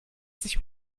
sich